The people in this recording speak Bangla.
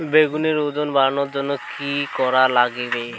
বেগুনের ওজন বাড়াবার জইন্যে কি কি করা লাগবে?